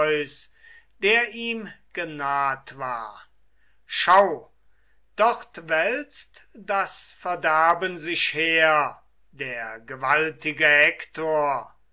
der troer schau dort wälzt das verderben sich her der gewaltige